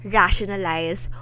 rationalize